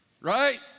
right